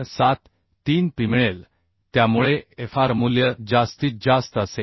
473Pमिळेल त्यामुळे Frमूल्य जास्तीत जास्त असेल